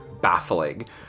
baffling